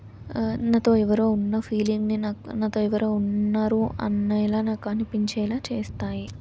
నాతో ఎవరో ఉన్న ఫీలింగ్ని నాకు నాతో ఎవరో ఉన్నారు అన్నయ్యలా నాకు అనిపించేలా చేస్తాయి